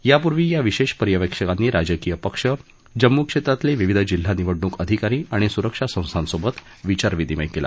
यापूर्वी या विशेष पर्यवेक्षकांनी राजकीय पक्ष जम्मू क्षेत्रातले विविध जिल्हा निवडणूक अधिकारी आणि सुरक्षा संस्थांसोबत विचारविनिमय केला